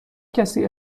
کسی